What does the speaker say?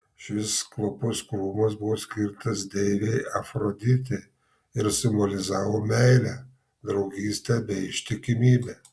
šis kvapus krūmas buvo skirtas deivei afroditei ir simbolizavo meilę draugystę bei ištikimybę